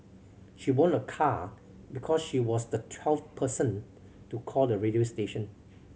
she won a car because she was the twelfth person to call the radio station